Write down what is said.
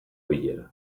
bileran